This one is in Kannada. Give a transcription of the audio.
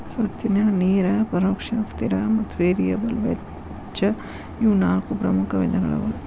ಸ್ವತ್ತಿನ್ಯಾಗ ನೇರ ಪರೋಕ್ಷ ಸ್ಥಿರ ಮತ್ತ ವೇರಿಯಬಲ್ ವೆಚ್ಚ ಇವು ನಾಲ್ಕು ಮುಖ್ಯ ವಿಧಗಳವ